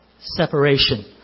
Separation